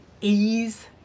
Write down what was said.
ease